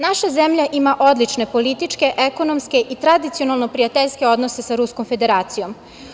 Naša zemlja ima odlične političke, ekonomske i tradicionalno prijateljske odnose sa Ruskom Federacijom.